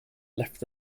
left